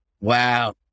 Wow